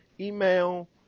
email